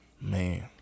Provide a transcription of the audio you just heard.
Man